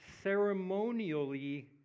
ceremonially